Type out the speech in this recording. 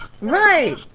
Right